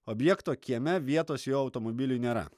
objekto kieme vietos jo automobiliui nėra